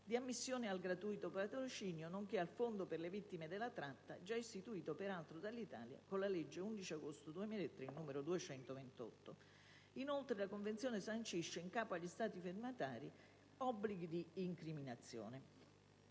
di ammissione al gratuito patrocinio, nonché al fondo per le vittime della tratta, già istituito, peraltro, dall'Italia con la legge 11 agosto 2003, n. 228. La Convenzione sancisce inoltre, in capo agli Stati firmatari, un obbligo di incriminazione